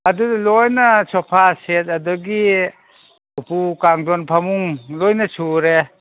ꯑꯗꯨꯗ ꯂꯣꯏꯅ sofa set ꯑꯗꯒꯤ ꯎꯄꯨ ꯀꯥꯡꯗꯣꯟ ꯐꯃꯨꯡ ꯂꯣꯏꯅ ꯁꯨꯔꯦ